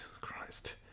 Christ